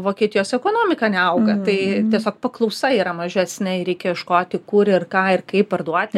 vokietijos ekonomika neauga tai tiesiog paklausa yra mažesnė ir reikia ieškoti kur ir ką ir kaip parduoti